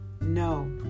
No